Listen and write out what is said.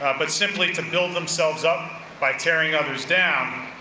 but simply to build themselves up by tearing others down,